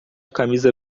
camisa